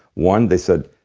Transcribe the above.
one they said,